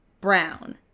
Brown